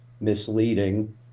misleading